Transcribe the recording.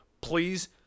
Please